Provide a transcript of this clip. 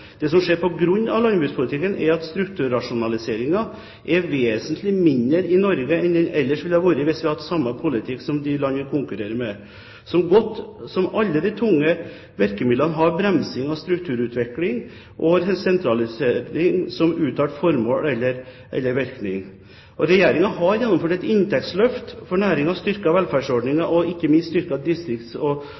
Det som skjer på grunn av landbrukspolitikken, er at strukturrasjonaliseringen er vesentlig mindre i Norge enn den ellers ville ha vært hvis vi hadde hatt samme politikk som de land vi konkurrerer med, som alle har tunge virkemidler som bremsing av strukturutvikling og sentralisering som uttalt formål. Regjeringen har gjennomført et inntektsløft for næringen og styrket velferdsordningene og ikke minst styrket distrikts-